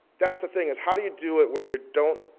that's the thing, is how do you do it where you don't,